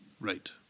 Right